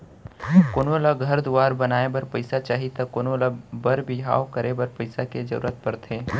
कोनो ल घर दुवार बनाए बर पइसा चाही त कोनों ल बर बिहाव करे बर पइसा के जरूरत परथे